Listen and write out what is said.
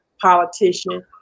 politician